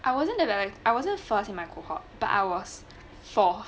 I wasnt available I wasnt forcing my cohort but I was for